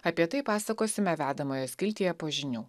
apie tai pasakosime vedamojo skiltyje po žinių